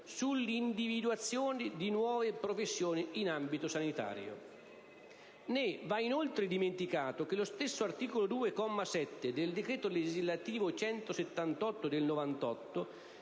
sull'individuazione di nuove professioni in ambito sanitario. Né va inoltre dimenticato che lo stesso articolo 2, comma 7, del decreto legislativo n. 178 del 1998,